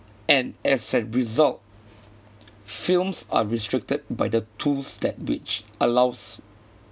and as a result films are restricted by the tools that which allows